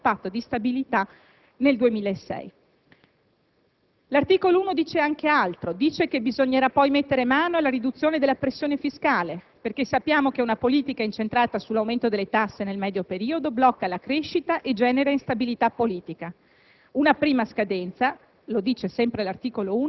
sarà distribuito esclusivamente ai Comuni che hanno rispettato il Patto di stabilità nel 2006. L'articolo 1 dice anche altro, cioè che bisognerà mettere mano alla riduzione della pressione fiscale, perché sappiamo che una politica incentrata sull'aumento delle tasse nel medio periodo blocca la crescita e genera instabilità politica.